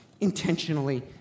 intentionally